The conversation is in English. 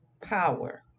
power